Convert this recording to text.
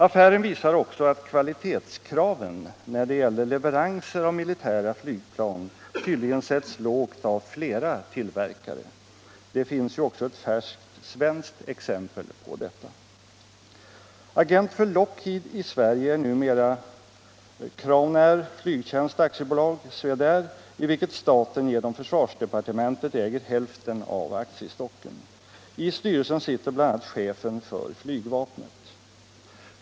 Affären visar också att kvalitetskraven vid leverans av militära flygplan tydligen sätts lågt av flera tillverkare. Det finns ju också ett färskt svenskt exempel på detta. Agent för Lockheed i Sverige är numera Crownair Flygtjänst AB — Swedair, i vilket staten genom försvarsdepartementet äger hälften av aktiestocken. I styrelsen sitter bl.a. chefen för flygvapnet.